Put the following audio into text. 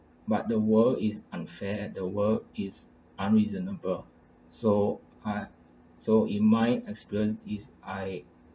but the world is unfair and the world is unreasonable so I so in my experience is I